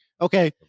Okay